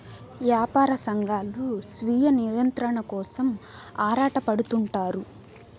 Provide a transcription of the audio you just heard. యాపార సంఘాలు స్వీయ నియంత్రణ కోసం ఆరాటపడుతుంటారు